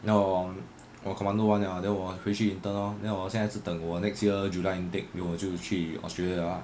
then 我我 commando 完了 then 我回去 intern lor then 我现在是等我 next year july intake then 我就去 australia liao ah